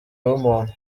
w’umuntu